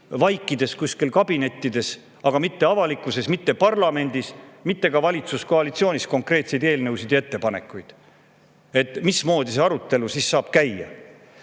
kusagil kabinettides, aga mitte avalikkuses, mitte parlamendis, mitte ka valitsuskoalitsioonis me ei aruta konkreetseid eelnõusid ja ettepanekuid. Mismoodi see arutelu siis saab käia?